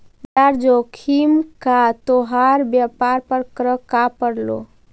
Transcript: बाजार जोखिम का तोहार व्यापार पर क्रका पड़लो